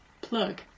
plug